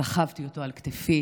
סחבתי אותו על כתפיי